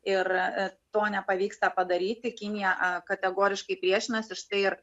ir to nepavyksta padaryti kinija kategoriškai priešinasi štai ir